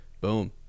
boom